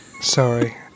Sorry